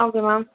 okay ma'am